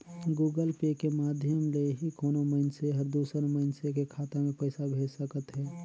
Google Pay के माधियम ले ही कोनो मइनसे हर दूसर मइनसे के खाता में पइसा भेज सकत हें